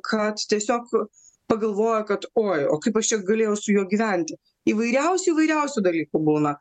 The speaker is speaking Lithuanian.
kad tiesiog pagalvoja kad oi o kaip aš čia galėjau su juo gyventi įvairiausių įvairiausių dalykų būna